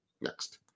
Next